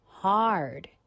Hard